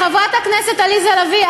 חברת הכנסת עליזה לביא,